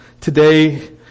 today